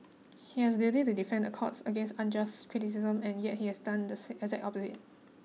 he has a duty to defend the courts against unjust criticism and yet he has done the seat as an opposite